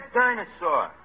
dinosaur